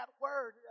word